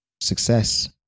success